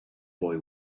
boy